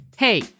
Hey